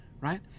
right